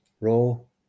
Roll